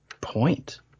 point